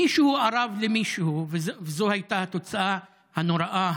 מישהו ארב למישהו וזו הייתה התוצאה הנוראה,